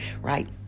right